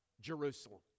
Jerusalem